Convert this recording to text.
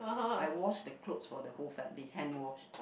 I wash the clothes for the whole family hand washed